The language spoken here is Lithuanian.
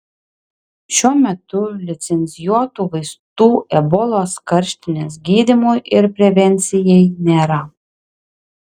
šiuo metu licencijuotų vaistų ebolos karštinės gydymui ir prevencijai nėra